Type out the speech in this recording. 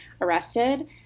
arrested